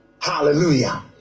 Hallelujah